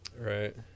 Right